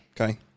Okay